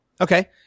Okay